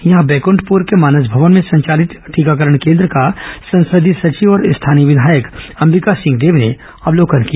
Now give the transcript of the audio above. यहां Baikunthpur के मानस भवन में संचालित टीकाकरण केन्द्र का संसदीय सचिव और स्थानीय विधायक अंबिका सिंहदेव ने अवलोकन किया